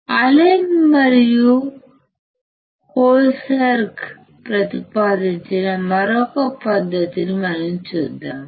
Allen మరియు Holberg Allen Holbergప్రతిపాదించిన మరొక పద్ధతిని మనం చూద్దాం